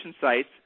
sites